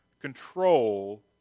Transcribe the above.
control